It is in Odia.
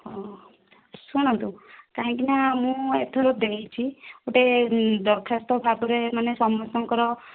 ହଁ ଶୁଣନ୍ତୁ କାହିଁକି ନା ମୁଁ ଏଥର ଦେଇଛି ଗୋଟିଏ ଦରଖାସ୍ତ ଭାବରେ ମାନେ ସମସ୍ତଙ୍କର